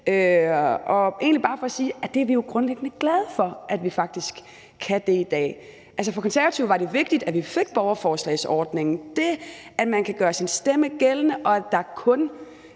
er egentlig bare for at sige, at det er vi jo grundlæggende glade for at vi faktisk kan i dag. For Konservative var det vigtigt, at vi fik borgerforslagsordningen. Det, at man kan gøre sin stemme gældende, og at der kun